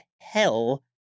hell